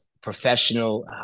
professional